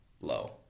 low